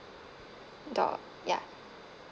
do~ ya